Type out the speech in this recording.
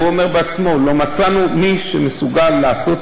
הוא אומר בעצמו: לא מצאנו מי שמסוגל לעשות